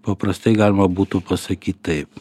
paprastai galima būtų pasakyt taip